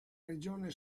regione